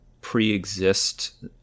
pre-exist